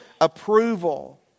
approval